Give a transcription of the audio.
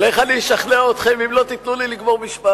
למה אתה מזכיר אבל איך אני אשכנע אתכם אם לא תיתנו לי לגמור משפט?